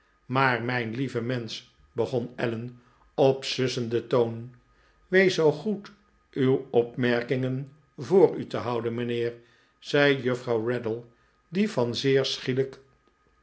maar mijn lieve mensch begon allen op sussenden toon wees zoo goed uw opmerkingen voor u te houden mijnheer zei juffrouw raddle die van zeer